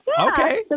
Okay